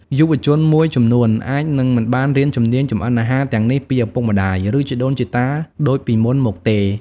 យុវជនមួយចំនួនអាចនឹងមិនបានរៀនជំនាញចម្អិនអាហារទាំងនេះពីឪពុកម្តាយ ឬជីដូនជីតាដូចពីមុនមកទេ ។